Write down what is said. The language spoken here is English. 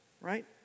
right